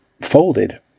folded